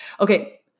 Okay